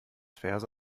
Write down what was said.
verse